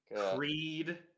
Creed